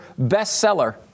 bestseller